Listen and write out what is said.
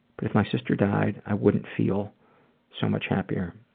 but if my sister died, i wouldn't feel so much happier.